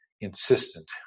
insistent